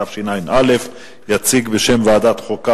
התשע"א 2011. יציג אותה בשם ועדת החוקה,